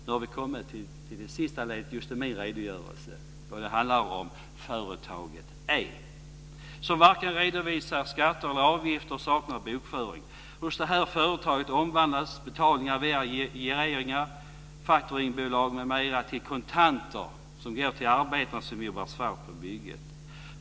Då har vi kommit till det sista ledet i min redogörelse, då det handlar om företaget E, som varken redovisar skatter eller avgifter och saknar bokföring. Hos det här företaget omvandlas betalningar via gireringar, factoringbolag m.m. till kontanter som går till arbetarna som jobbar svart på bygget.